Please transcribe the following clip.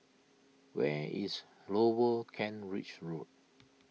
where is Lower Kent Ridge Road